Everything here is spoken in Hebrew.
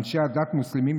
אנשי הדת המוסלמים,